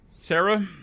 Sarah